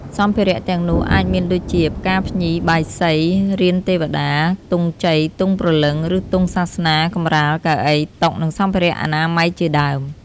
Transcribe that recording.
សម្ភារៈទាំងនោះអាចមានដូចជា ផ្កាភ្ញី បាយសី រានទេវតា ទង់ជ័យ ទង់ព្រលឹង ឬទង់សាសនា កម្រាល កៅអី តុ និងសម្ភារៈអនាម័យជាដើម។